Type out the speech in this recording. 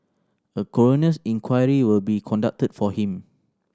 a coroner's inquiry will be conducted for him